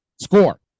score